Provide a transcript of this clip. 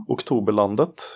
Oktoberlandet